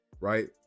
right